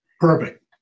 Perfect